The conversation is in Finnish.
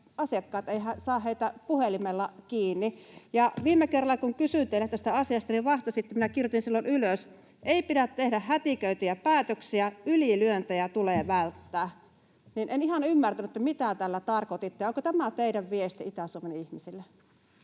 asiakkaat eivät saa heitä puhelimella kiinni. Viime kerralla kun kysyin teiltä tästä asiasta, niin vastasitte — minä kirjoitin silloin ylös — että ”ei pidä tehdä hätiköityjä päätöksiä, ylilyöntejä tulee välttää”. En ihan ymmärtänyt, mitä tällä tarkoititte. Onko tämä teidän viestinne Itä-Suomen ihmisille?